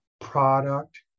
product